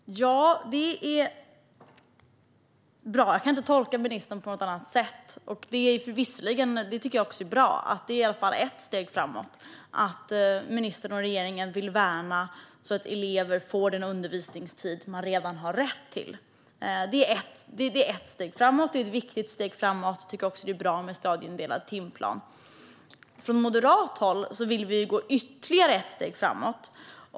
Fru talman! Detta är bra. Jag kan inte tolka ministern på något annat sätt. Det är i alla fall ett steg framåt att ministern och regeringen vill värna att eleverna får den undervisningstid som de redan har rätt till. Det är ett steg framåt, och det är ett viktigt steg framåt. Jag tycker också att det är bra med en stadieindelad timplan. Från moderat håll vill vi gå ytterligare ett steg framåt.